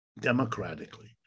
democratically